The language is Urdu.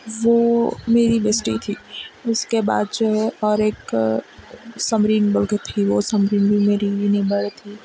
وہ میری بیسٹی تھی اس کے بعد جو ہے اور ایک سمرین بلگت تھی وہ سمرین بھی میری نیبر تھی